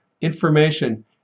information